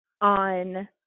on